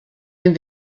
den